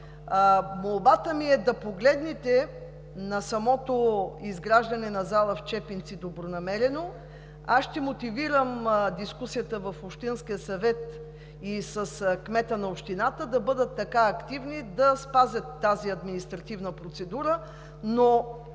Молбата ми е да погледнете на самото изграждане на зала в Чепинци добронамерено. Аз ще мотивирам дискусията в Общинския съвет и с кмета на общината да бъдат така активни да спазят тази административна процедура. Но